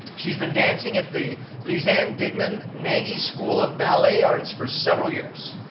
she has been dancing at the lisan dingman-nagy school of ballet arts for several years.